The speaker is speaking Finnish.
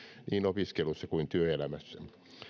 niin opiskelussa kuin työelämässä